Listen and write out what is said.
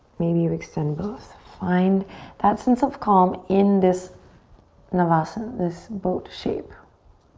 maybe you extend both, find that sense of calm in this navasan, this boat shape.